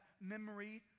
memory